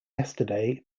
yesterday